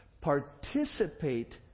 participate